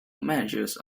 managers